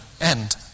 end